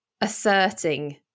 asserting